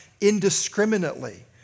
indiscriminately